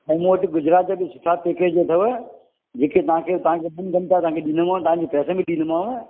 ऐं मू वट गुजरात जो सुठा पैकेज भी अथव जेके तव्हांखे तव्हांखे ॿिन घंटा ॾींदो मांव तव्हांखे स्पेशल ॾींदो मांव